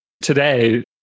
Today